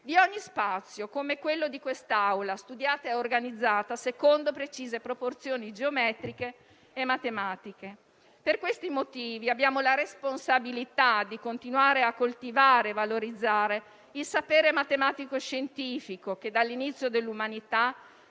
di ogni spazio, come quello di quest'Aula, studiata e organizzata secondo precise proporzioni geometriche e matematiche. Per questi motivi, abbiamo la responsabilità di continuare a coltivare e valorizzare il sapere matematico e scientifico che dall'inizio dell'umanità